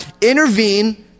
intervene